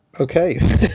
Okay